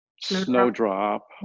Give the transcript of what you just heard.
Snowdrop